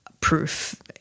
proof